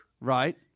right